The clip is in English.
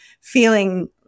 feeling